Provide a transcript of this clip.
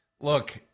Look